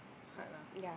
hard lah